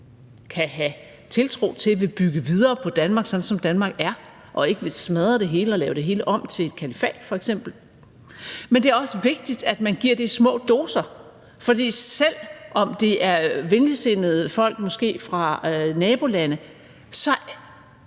kan have tiltro til vil bygge videre på Danmark, sådan som Danmark er, og ikke vil smadre det hele og f.eks. lave det hele om til et kalifat. Men det er også vigtigt, at man giver det i små doser, for selv om det er venligsindede folk, måske fra nabolande,